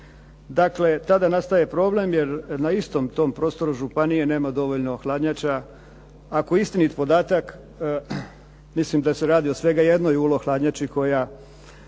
Dakle, tada nastaje problem jer na istom tom prostoru županije nema dovoljno hladnjača. Ako je istinit podatak mislim da se radi o svega jednoj ulo hladnjači koja